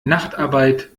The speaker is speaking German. nachtarbeit